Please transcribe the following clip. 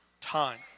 time